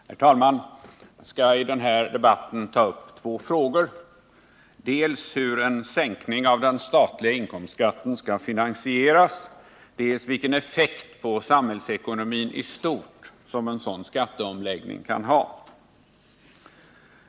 Herr talman! Jag skall i den här debatten ta upp två frågor: dels hur en sänkning av den statliga inkomstskatten skall finansieras, dels vilken effekt på samhällsekonomin i stort som en sådan skatteomläggning kan få.